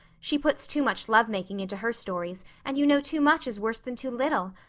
she puts too much lovemaking into her stories and you know too much is worse than too little.